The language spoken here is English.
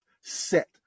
set